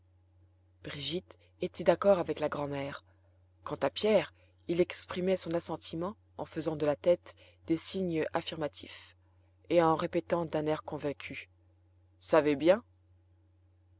brigitte était d'accord avec la grand'mère quant à pierre il exprimait son assentiment en faisant de la tête des signes affirmatifs et en répétant d'un air convaincu savais bien